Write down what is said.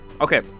Okay